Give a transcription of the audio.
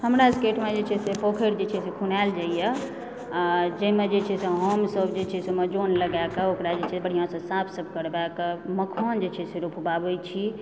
हमरा सबकेँ एहिठमा जे छै पोखरि जे छै खुनाएल जाइए जाहिमे जे छै हमसब जे छी ओहिमे जन लगाएके ओकरा जे छै बढ़िआँसंँ साफ सुफ करबाके मखान जे छै से रोपबाबै छी